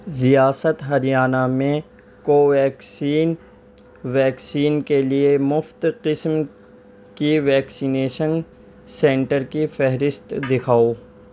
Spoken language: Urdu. ریاست ہریانہ میں کوویکسین ویکسین کے لیے مفت قسم کی ویکسینیشن سینٹر کی فہرست دکھاؤ